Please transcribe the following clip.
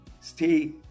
stay